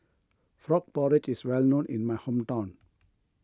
Frog Porridge is well known in my hometown